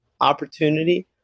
opportunity